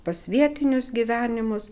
pas vietinius gyvenimus